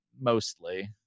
mostly